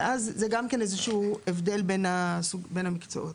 וזה גם איזשהו הבדל בין המקצועות.